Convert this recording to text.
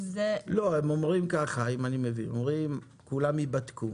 אם אני מבין, הם אומרים שכולם ייבדקו,